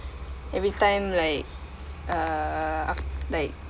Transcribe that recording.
every time like uh af~ like